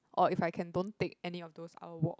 or if I don't take any of those I will walk